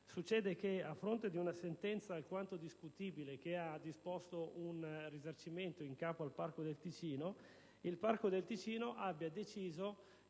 grande. A fronte di una sentenza alquanto discutibile che ha disposto un risarcimento in capo al Parco del Ticino, lo stesso ha deciso